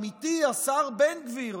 עמיתי השר בן גביר,